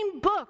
book